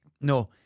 No